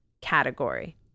category